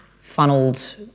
funneled